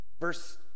verse